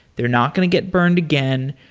they're not going to get burned again.